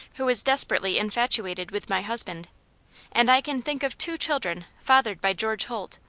who is desperately infatuated with my husband and i can think of two children fathered by george holt,